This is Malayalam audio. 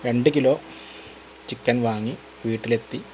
രണ്ട് കിലോ ചിക്കൻ വാങ്ങി വീട്ടിലെത്തി